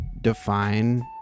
define